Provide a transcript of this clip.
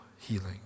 healing